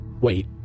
Wait